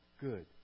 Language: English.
Good